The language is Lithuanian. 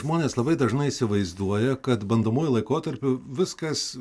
žmonės labai dažnai įsivaizduoja kad bandomuoju laikotarpiu viskas